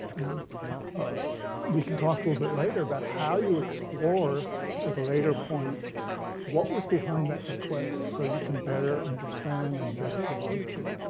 kind of we can talk a little bit later about how you explore at a later point what was behind that request so you can better understand and better provide care.